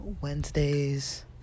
Wednesdays